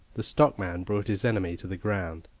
the stockman brought his enemy to the ground.